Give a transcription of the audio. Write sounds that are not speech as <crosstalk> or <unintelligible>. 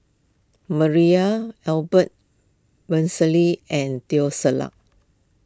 Maria Albert <unintelligible> and Teo Ser Luck